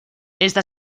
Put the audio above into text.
esta